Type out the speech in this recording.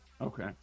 Okay